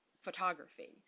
photography